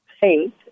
paint